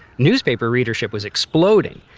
newspaper readership was exploding,